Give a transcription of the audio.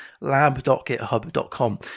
lab.github.com